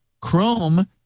Chrome